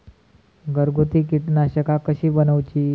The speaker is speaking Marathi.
घरगुती कीटकनाशका कशी बनवूची?